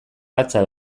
latza